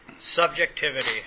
Subjectivity